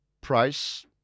price